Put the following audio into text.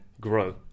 grow